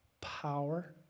power